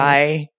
Bye